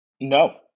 No